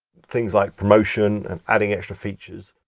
things like promotion and adding extra features.